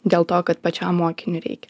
dėl to kad pačiam mokiniui reikia